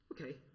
Okay